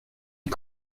die